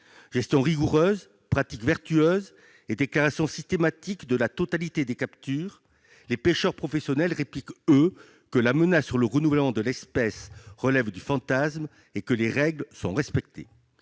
Gestion rigoureuse, pratiques vertueuses et déclaration systématique de la totalité des captures, les pêcheurs professionnels répliquent que la menace sur le renouvellement de l'espèce relève du fantasme et que les règles sont respectées.